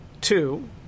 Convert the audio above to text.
Two